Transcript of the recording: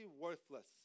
worthless